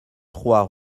trois